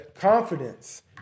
confidence